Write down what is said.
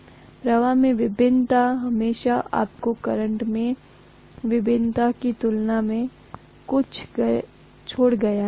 इसलिए प्रवाह में भिन्नता हमेशा आपको करंट में भिन्नता की तुलना में पीछे छोड़ गया है